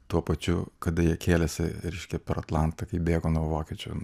tuo pačiu kada jie kėlėsi reiškia per atlantą kai bėgo nuo vokiečių